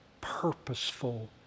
purposeful